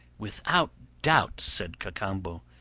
without doubt, said cacambo,